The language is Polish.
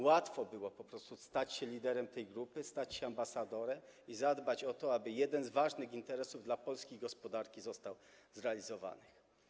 Łatwo było po prostu stać się liderem tej grupy, stać się ambasadorem i zadbać o to, aby jeden z ważnych interesów dla polskiej gospodarki został zrealizowany.